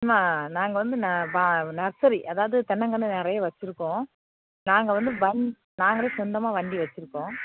அம்மா நாங்கள் வந்து நர்சரி அதாவது தென்னங்கன்று நிறைய வச்சுருக்கோம் நாங்கள் வந்து நாங்கள் சொந்தமாக வண்டி வச்சுருக்கோம்